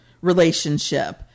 relationship